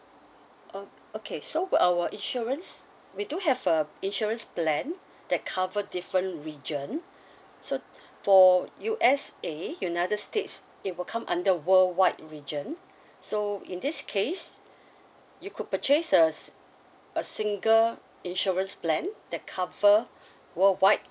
oh okay so our insurance we do have a insurance plan that cover different region so for U_S_A united states it will come under worldwide region so in this case you could purchase a s~ a single insurance plan that cover worldwide